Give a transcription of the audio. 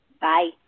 Bye